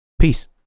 Peace